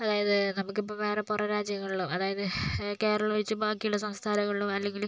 അതായത് നമുക്കിപ്പോൾ വേറെ പുറം രാജ്യങ്ങളിലും അതായത് കേരളം ഒഴിച്ച് ബാക്കിയുള്ള സംസ്ഥാനങ്ങളിലും അല്ലെങ്കില്